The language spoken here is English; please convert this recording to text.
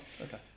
Okay